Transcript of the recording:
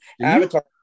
avatar